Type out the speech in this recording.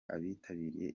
abitabiriye